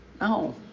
No